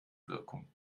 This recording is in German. wirkung